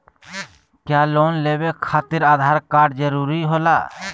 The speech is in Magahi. क्या लोन लेवे खातिर आधार कार्ड जरूरी होला?